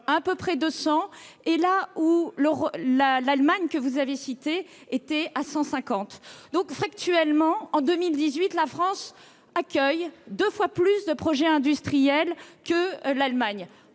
environ 200 et l'Allemagne, que vous avez citée, 150. Donc factuellement, en 2018, la France accueille deux fois plus de projets industriels que l'Allemagne.